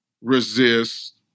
resist